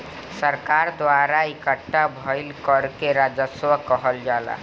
सरकार द्वारा इकट्ठा भईल कर के राजस्व कहल जाला